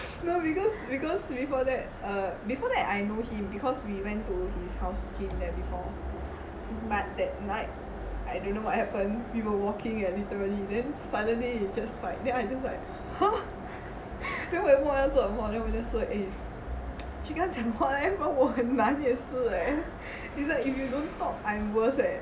no because because before that err before that I know him because we went to his house gym there before but that night I don't know what happen we were walking eh literally then suddenly they just fight then I just !huh! then 我不懂我要做什么 then 我 just like eh 去看情况 eh then 我很忙也是 leh is like if you don't talk I am worse leh